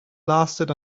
lasted